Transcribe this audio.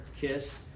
kiss